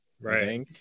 right